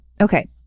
Okay